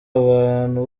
abantu